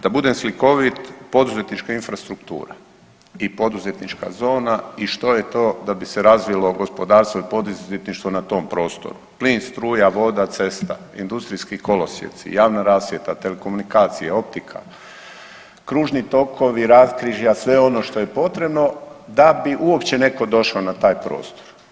Da budem slikovit poduzetnička infrastruktura i poduzetnička zona i što je to da bi se razvilo i poduzetništvo na tom prostoru, plin, struja, voda, cesta, industrijski kolosijeci, javna rasvjeta, telekomunikacija, optika, kružni tokovi, raskrižja sve ono što je potrebno da bi uopće netko došao na taj prostor.